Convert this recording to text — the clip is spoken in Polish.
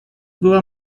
była